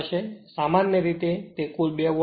તેથી સામાન્ય રીતે તે કુલ 2 વોલ્ટ હશે